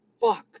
fuck